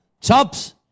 Chops